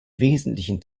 wesentlichen